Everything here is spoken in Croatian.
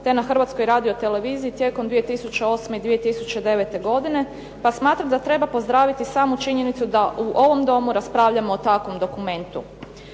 Da na Hrvatskoj radio televiziji tijekom 2008. i 2009. godine, pa smatram da treba pozdraviti samu činjenicu da u ovom Domu raspravljamo o takvom dokumentu.